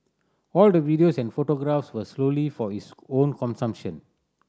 all the videos and photographs were solely for his own consumption